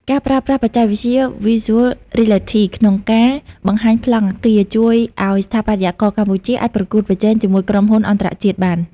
ការប្រើប្រាស់បច្ចេកវិទ្យា Virtual Reality ក្នុងការបង្ហាញប្លង់អគារ ជួយឱ្យស្ថាបត្យករកម្ពុជាអាចប្រកួតប្រជែងជាមួយក្រុមហ៊ុនអន្តរជាតិបាន។